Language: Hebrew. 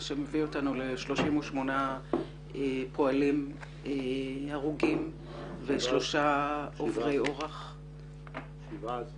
מה שמביא אותנו ל-38 פועלים ועוד שלושה עוברי אורח שנפגעו